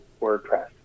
WordPress